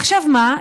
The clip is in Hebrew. עכשיו מה?